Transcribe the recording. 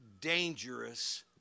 dangerous